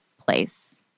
place